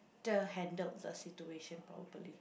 ~ter handled the situation properly